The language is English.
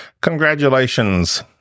Congratulations